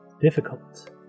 difficult